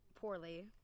poorly